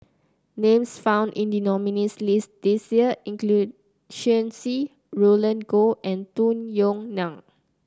names found in the nominees' list this year include Shen Xi Roland Goh and Tung Yue Nang